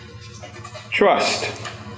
Trust